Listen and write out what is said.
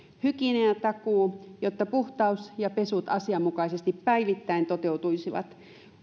hygieniatakuu jotta puhtaus ja pesut asianmukaisesti päivittäin toteutuisivat